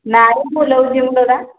ନାରେ ମୁଲଉଛି ମୁଲଟା